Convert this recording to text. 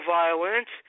violence